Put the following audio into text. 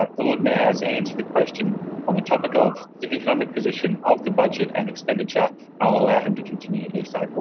ah the lord mayor has and answered the question on the topic of the economic position of the budget and expenditure, and i will allow him to continue to do so.